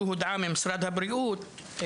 כי זה נותן כיוון לאיפה משרד הבריאות הולך בנושא